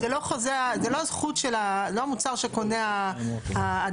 זה לא הזכות, לא המוצר שקונה האדם.